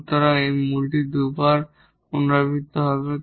সুতরাং যখন রুটটি 2 বার রিপিটেড হবে